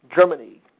Germany